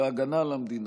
בהגנה על המדינה,